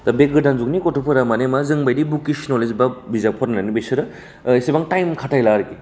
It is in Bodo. दा बे गोदान जुगनि गथ'फोरा माने जोंबादि भकेसिनेल एबा जोंबायदि बिजाब फरायनानै बिसोरो इसेबां टाइम खाथायला आरोखि